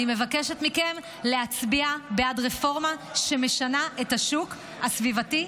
אני מבקשת מכם להצביע בעד רפורמה שמשנה את השוק הסביבתי,